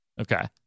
Okay